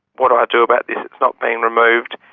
what do i do about this? it's not being removed,